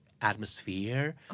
atmosphere